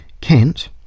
Kant